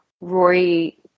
Rory